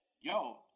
Yo